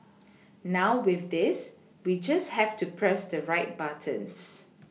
now with this we just have to press the right buttons